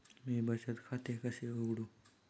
मी बचत खाते कसे उघडू?